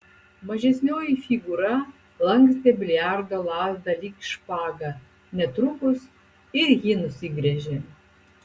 mažesnioji figūra lankstė biliardo lazdą lyg špagą netrukus ir ji nusigręžė